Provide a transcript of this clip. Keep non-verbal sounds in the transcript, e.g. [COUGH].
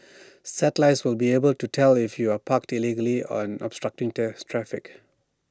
[NOISE] satellites will be able to tell if you're parked illegally on obstructing theirs traffic